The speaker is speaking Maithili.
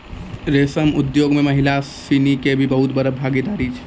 रेशम उद्योग मॅ महिला सिनि के भी बहुत बड़ो भागीदारी छै